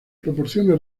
proporciona